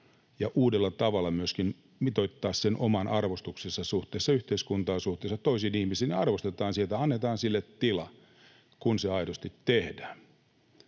ja uudella tavalla myöskin mitoittaa sen oman arvostuksensa suhteessa yhteiskuntaan ja suhteessa toisiin ihmisiin, niin että arvostetaan sitä ja annetaan sille tila, kun se aidosti tehdään.